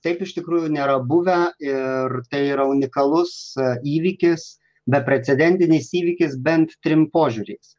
taip iš tikrųjų nėra buvę ir tai yra unikalus įvykis beprecedentinis įvykis bent trim požiūriais